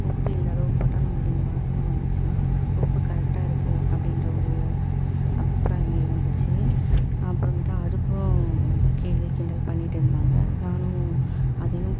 உப்பு இந்த அளவு போட்டால் நம்மளுக்கு இந்த வாசனை வந்துச்சுன்னா உப்பு கரெக்டாக இருக்கு அப்படின்ற ஒரு அபிப்ராயம் இருந்துச்சு அப்புறமேட்டா அதற்கும் கேலி கிண்டல் பண்ணிகிட்டு இருந்தாங்க நானும் அதையும்